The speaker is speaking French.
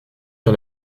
sur